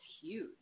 huge